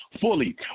fully